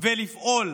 ולפעול